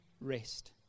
rest